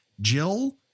Jill